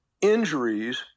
injuries